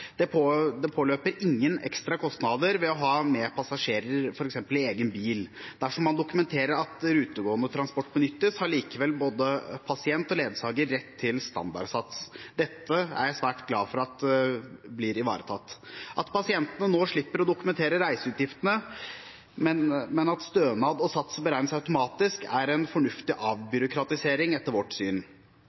Det påløper ingen ekstra kostnader ved å ha med passasjerer f.eks. i egen bil. Dersom man dokumenterer at rutegående transport benyttes, har likevel både pasient og ledsager rett til standardsats. Dette er jeg svært glad for at blir ivaretatt. At pasientene nå slipper å dokumentere reiseutgiftene, og at stønad og sats beregnes automatisk, er en fornuftig avbyråkratisering, etter vårt syn.